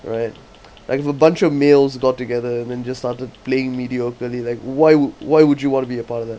right like if a bunch of males go out together and then just started playing mediocrely like why why would you want to be a part of that